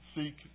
seek